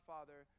Father